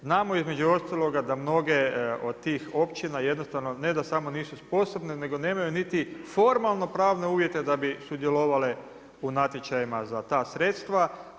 Znamo između ostaloga da mnoge od tih općina jednostavno, ne da samo nisu sposobne nego nemaju niti formalno pravne uvjete da bi sudjelovale u natječajima za ta sredstva.